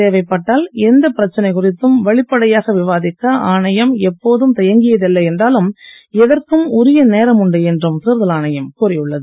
தேவைப்பட்டால் எந்தப் பிரச்சனை குறித்தும் வெளிப்படையாக விவாதிக்க ஆணையம் எப்போதும் தயங்கியதில்லை என்றாலும் எதற்கும் உரிய நேரம் உண்டு என்றும் தேர்தல் ஆணையம் கூறியுள்ளது